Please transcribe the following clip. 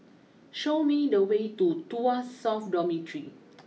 show me the way to Tuas South Dormitory